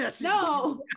No